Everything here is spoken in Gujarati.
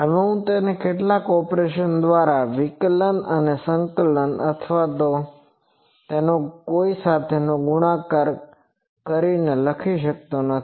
હવે હું તેને કેટલાક ઓપરેશન દ્વારા અથવા વિકલન અને સંકલન અથવા તેનો કોઈ સાથે ગુણાકાર કરીને લખી શકતો નથી